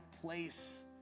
place